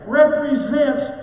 represents